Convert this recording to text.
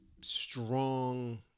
strong